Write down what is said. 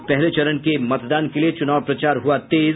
और पहले चरण के मतदान के लिये चूनाव प्रचार हुआ तेज